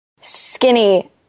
Skinny